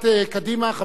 חבר הכנסת מולה,